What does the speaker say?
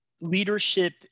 Leadership